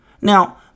Now